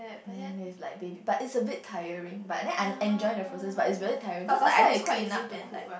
and with like maybe but it's a bit tiring but then I I enjoying the process but it's really tiring cause I like need to clean up and like